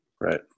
Right